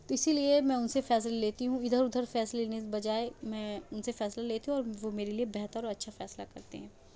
تو اسی لیے میں ان سے فیصلے لیتی ہوں ادھر ادھر فیصلے لینے سے بجائے میں ان سے فیصلے لیتی ہوں اور وہ میرے لیے بہتر اور اچھا فیصلہ کرتے ہیں